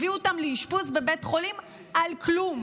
הביאו אותם לאשפוז בבית חולים על כלום,